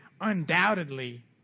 undoubtedly